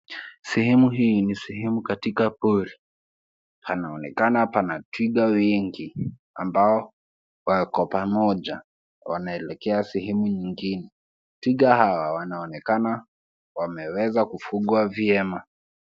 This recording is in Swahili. Sehemu hii ni sehemu katika pori panaonekana pana twiga wengi ambao wako pamoja wanaelekea sehemu nyingine. Twiga hawa wanaonekana wameweza kufugwa vyema.